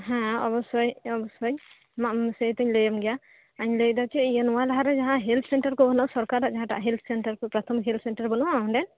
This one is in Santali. ᱦᱮᱸ ᱚᱵᱚᱥᱚᱭ ᱳᱵᱚᱥᱚᱭ ᱟᱢᱟᱜ ᱵᱤᱥᱚᱭ ᱫᱩᱧ ᱞᱟᱹᱭ ᱟᱢ ᱜᱮᱭᱟ ᱞᱟᱹᱭᱮᱫᱟᱤᱧ ᱪᱮᱫ ᱱᱚᱣᱟ ᱞᱟᱦᱟ ᱨᱮ ᱦᱮᱞᱚᱛᱷ ᱥᱮᱱᱴᱟᱨ ᱠᱚ ᱵᱟᱹᱱᱩᱜ ᱟ ᱥᱚᱨᱠᱟᱨᱟᱜ ᱡᱟᱦᱟᱴᱟᱜ ᱦᱮᱞᱚᱛᱷ ᱥᱮᱱᱴᱟᱨ ᱠᱚ ᱯᱨᱟᱛᱷᱚᱢᱤᱠ ᱦᱮᱞᱚᱛᱷ ᱥᱮᱱᱴᱟᱨ ᱵᱟᱹᱱᱩᱜ ᱟ ᱚᱸᱰᱮ